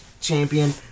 Champion